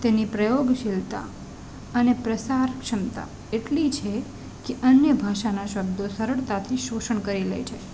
તેની પ્રયોગશીલતા અને પ્રસાર ક્ષમતા એટલી છે કે અન્ય ભાષાનાં શબ્દો સરળતાથી શોષણ કરી લે છે